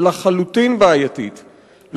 לחלוטין בעייתית,